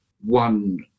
one